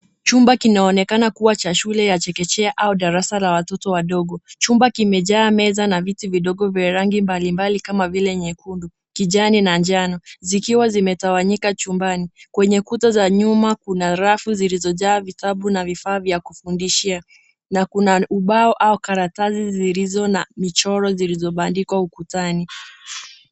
Chumba kinaonekana kuwa cha shule ya chekechea au darasa la watoto wadogo. Chumba kimejaa meza na viti vidogo vya rangi mbalimbali kama vile nyekundu, kijani na njano zikiwa zimetawanyika chumbani. Kwenye kuta za nyuma kuna rafu zilizojaa vitabu na vifaa vya kufundishia. Na kuna ubao au karatasi zilizo na michoro zilizobandikwa ukutani.